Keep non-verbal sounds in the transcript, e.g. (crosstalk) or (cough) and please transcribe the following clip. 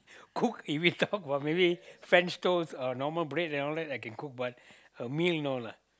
cook (laughs) if you talk about maybe French toast uh normal bread and all that but a meal no lah